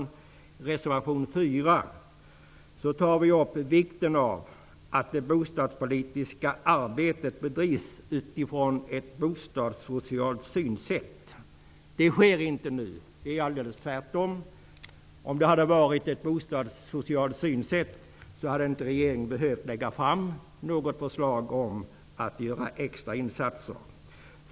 I reservation 4 tar Socialdemokraterna upp vikten av att det bostadspolitiska arbetet bedrivs utifrån ett bostadssocialt synsätt. Så sker inte nu -- det är tvärtom. Om regeringen hade haft ett bostadssocialt synsätt hade man inte behövt lägga fram något förslag om extra insatser.